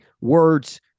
words